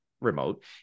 remote